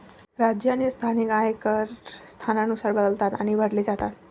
राज्य आणि स्थानिक आयकर स्थानानुसार बदलतात आणि भरले जातात